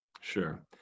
Sure